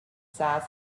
size